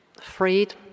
freed